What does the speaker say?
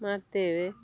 ಮಾಡ್ತೇವೆ